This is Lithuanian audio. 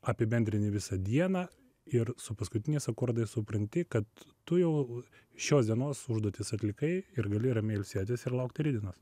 apibendrini visą dieną ir su paskutiniais akordais supranti kad tu jau šios dienos užduotis atlikai ir gali ramiai ilsėtis ir laukti rytdienos